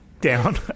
down